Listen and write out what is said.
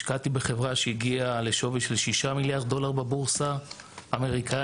השקעתי בחברה שהגיעה לשווי של 6 מיליארד דולר בבורסה האמריקאית,